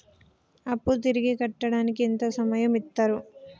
అప్పు తిరిగి కట్టడానికి ఎంత సమయం ఇత్తరు?